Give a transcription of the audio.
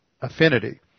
affinity